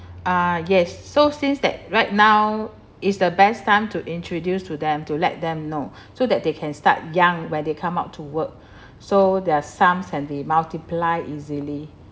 ah yes so since that right now is the best time to introduce to them to let them know so that they can start young when they come out to work so their sum can be multiply easily